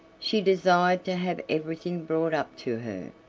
she desired to have everything brought up to her,